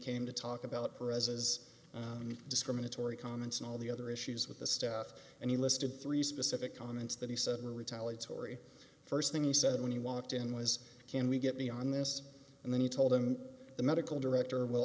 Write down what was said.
came to talk about her as as discriminatory comments and all the other issues with the staff and he listed three specific comments that he said retaliatory st thing he said when he walked in was can we get me on this and then he told him the medical director will